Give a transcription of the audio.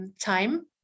time